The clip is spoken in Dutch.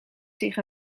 zich